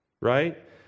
Right